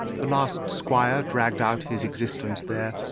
the last squire dragged out his existence there,